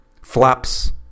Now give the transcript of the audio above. flaps